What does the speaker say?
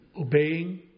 obeying